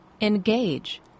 engage